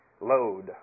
Load